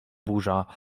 burza